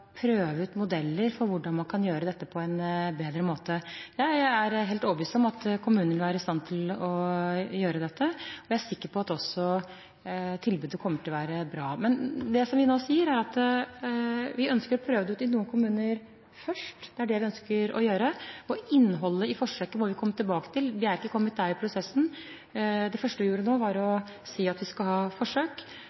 prøve ut modeller for hvordan man kan gjøre dette på en bedre måte. Jeg er helt overbevist om at kommunene vil være i stand til å gjøre dette, og jeg er også sikker på at tilbudet kommer til å være bra. Det vi nå sier, er at vi ønsker å prøve det ut i noen kommuner først, det er det vi ønsker å gjøre. Innholdet i forsøket må vi komme tilbake til, vi er ikke kommet dit i prosessen. Det første vi gjorde, var å